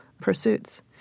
pursuits